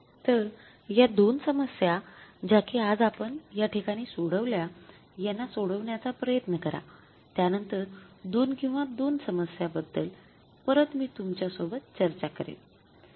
तर या दोन समस्या ज्याकी आज आपण या ठिकाणी सोडवल्या याना सोडवण्याचा प्रयत्न करा त्यांनतर २ किंवा २ समस्या बद्दल परत मी तुमच्या सोबत चर्चा करेन